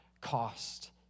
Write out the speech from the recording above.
cost